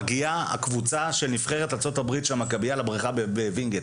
מגיעה הקבוצה של נבחרת ארצות-הברית של המכביה לבריכה בווינגייט.